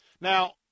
Now